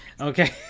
Okay